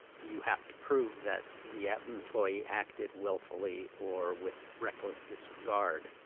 you have to prove that the employee acted willfully or with reckless disregard,